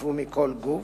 שישתתפו מכל גוף,